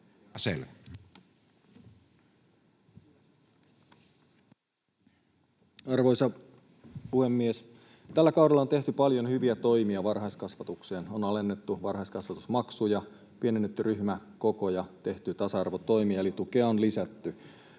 Arvoisa puhemies! Tällä kaudella on tehty paljon hyviä toimia varhaiskasvatukseen. On alennettu varhaiskasvatusmaksuja, pienennetty ryhmäkokoja ja tehty tasa-arvotoimia, eli tukea on lisätty.